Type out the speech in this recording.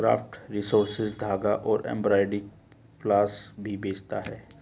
craft resources धागा और embroidery floss भी बेचता है